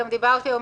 גם דיברתי היום,